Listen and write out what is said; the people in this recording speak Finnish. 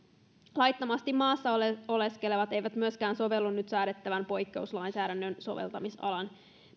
laittomasti maassa oleskelevat eivät myöskään sovellu nyt säädettävän poikkeuslainsäädännön soveltamisalan